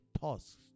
tasks